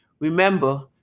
Remember